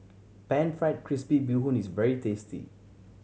Pan Fried Crispy Bee Hoon is very tasty